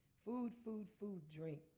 food. food, food, drink,